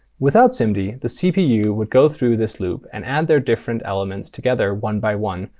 without simd, the the cpu would go through this loop and add their different elements together one by one,